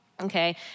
Okay